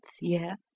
year